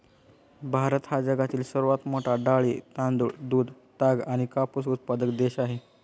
भारत हा जगातील सर्वात मोठा डाळी, तांदूळ, दूध, ताग आणि कापूस उत्पादक देश आहे